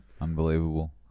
unbelievable